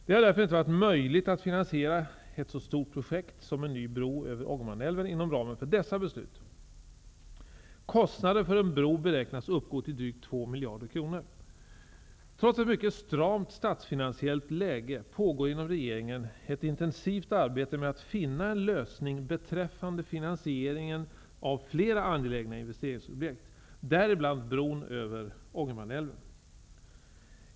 Det har därför inte varit möjligt att finansiera ett så stort projekt som en ny bro över Kostnaden för en bro beräknas uppgå till drygt 2 Trots ett mycket stramt statsfinansiellt läge, pågår inom regeringen ett intensivt arbete med att finna en lösning beträffande finansieringen av flera angelägna investeringsprojekt, däribland bron över Ångermanälven.